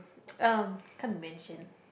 uh can't mention